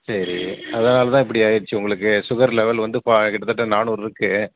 சரி அதனால் தான் இப்படி ஆகிருச்சி உங்களுக்கு சுகர் லெவல் வந்து இப்போ கிட்டத்தட்ட நானூறு இருக்குது